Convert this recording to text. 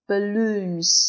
Balloons